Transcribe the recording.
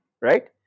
right